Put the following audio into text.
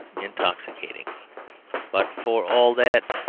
intoxicating but, for all that,